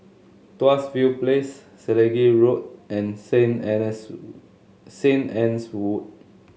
Tuas View Place Selegie Road and St St Anne's Wood